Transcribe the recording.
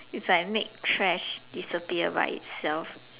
it's like make trash disappear by itself